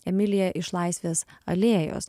emilija iš laisvės alėjos